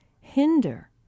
hinder